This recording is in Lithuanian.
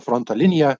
fronto liniją